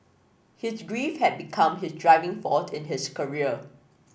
his grief had become his driving force in his career